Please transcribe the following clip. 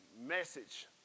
message